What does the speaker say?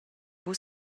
buca